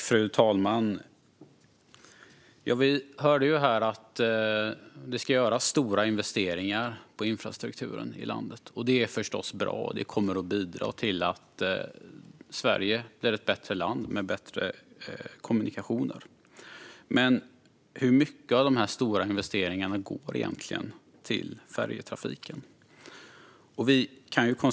Fru talman! Vi hörde här att det ska göras stora investeringar i infrastrukturen i landet. Det är förstås bra. Det kommer att bidra till att Sverige blir ett bättre land med bättre kommunikationer. Men hur mycket av de stora investeringarna går egentligen till färjetrafiken?